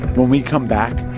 when we come back,